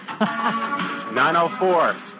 904